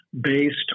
based